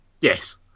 Yes